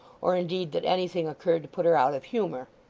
or indeed that anything occurred to put her out of humour.